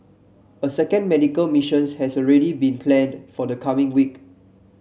a second medical missions has already been planned for the coming week